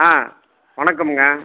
ஆ வணக்கமுங்க